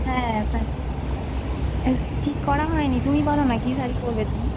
হ্যাঁ শাড়ি ঠিক করা হয় নি তুমি বলো না কি শাড়ি পরবে তুমি